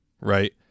right